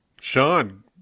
Sean